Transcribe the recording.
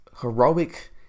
heroic